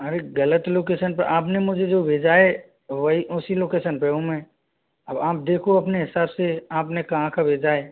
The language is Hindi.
अरे गलत लोकेसन पे आपने मुझे जो भेजा है वही उसी लोकेसन पे हूँ मैं अब आप देखो अपने हिसाब से आपने कहाँ का भेजा है